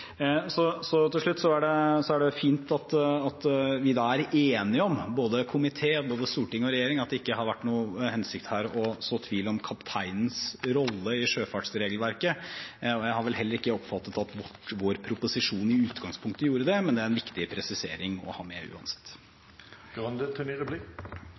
Til slutt: Det er fint at vi da er enige om, både komité, storting og regjering, at det ikke har vært noen hensikt her å så tvil om kapteinens rolle i sjøfartsregelverket. Jeg har vel heller ikke oppfattet at vår proposisjon i utgangspunktet gjorde det, men det er en viktig presisering å ha med